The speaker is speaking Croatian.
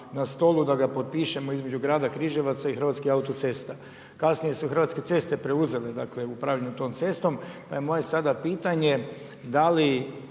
na stolu da ga potpišemo između grada Križevaca i Hrvatskih autocesta. Kasnije se Hrvatske ceste preuzele dakle upravljanje tom cestom, pa je moje sada pitanje dal